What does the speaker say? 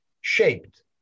shaped